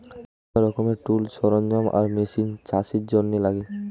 বিভিন্ন রকমের টুলস, সরঞ্জাম আর মেশিন চাষের জন্যে লাগে